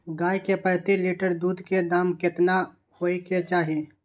गाय के प्रति लीटर दूध के दाम केतना होय के चाही?